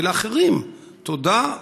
ולאחרים: תודה,